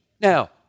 Now